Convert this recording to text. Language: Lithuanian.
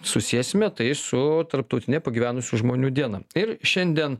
susiesime tai su tarptautine pagyvenusių žmonių diena ir šiandien